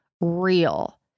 real